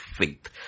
faith